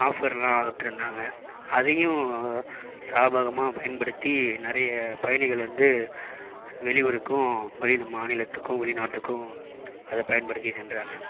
ஆஃப்பர்லாம் விட்ருந்தாங்க அதையும் சாதகமா பயன்படுத்தி நிறைய பயணிகள் வந்து வெளியூருக்கும் வெளிமாநிலத்துக்கும் வெளிநாட்டுக்கும் அதை பயன்படுத்தி சென்றாங்க